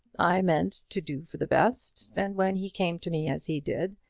i meant to do for the best and when he came to me as he did,